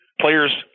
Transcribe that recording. players